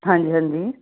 ਹਾਂਜੀ ਹਾਂਜੀ